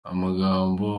amagambo